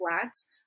flats